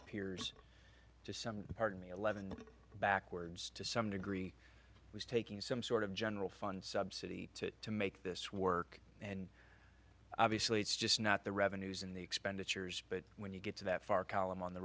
appears to some part of me eleven backwards to some degree was taking some sort of general fund subsidy to to make this work and obviously it's just not the revenues and the expenditures but when you get to that far column on the